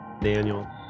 Daniel